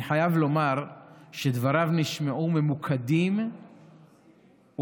אני חייב לומר שדבריו נשמעו ממוקדים ובהירים